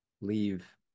leave